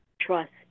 trust